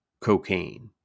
cocaine